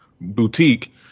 boutique